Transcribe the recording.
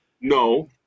no